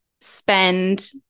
spend